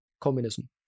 communism